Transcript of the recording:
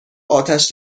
آتش